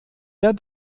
der